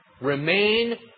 Remain